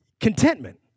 Contentment